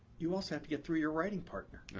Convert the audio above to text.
you also have to get through your writing partner.